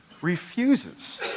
refuses